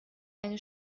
eine